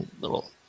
little